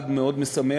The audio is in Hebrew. אחד, מאוד משמח,